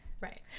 right